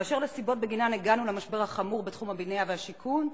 אשר לסיבות שבגינן הגענו למשבר החמור בתחום הבנייה והשיכון,